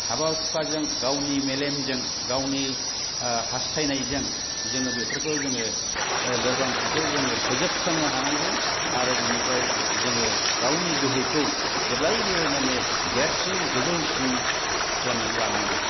हाबा हुखाजों गावनि मेलेमजों गावनि हास्थायनायजों जोङो बेफोरखौ जोङो लोरबांथिखौ जोङो फोजोबस्रांनो हानांगौ आरो बेनिफ्राय जोङो गावनि गोहोखौ जेब्लायबो माने देरसिन गोजौसिन खालामनानै लानांगौ